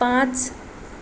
पाँच